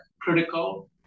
critical